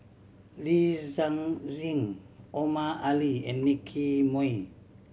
Li Omar Ali and Nicky Moey